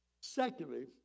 Secondly